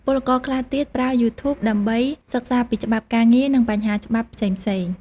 ពលករខ្លះទៀតប្រើ YouTube ដើម្បីសិក្សាពីច្បាប់ការងារ និងបញ្ហាច្បាប់ផ្សេងៗ។